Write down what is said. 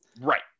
Right